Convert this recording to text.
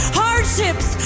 hardships